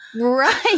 Right